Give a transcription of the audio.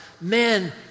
Men